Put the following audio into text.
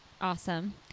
awesome